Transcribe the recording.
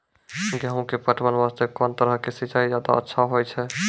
गेहूँ के पटवन वास्ते कोंन तरह के सिंचाई ज्यादा अच्छा होय छै?